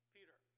Peter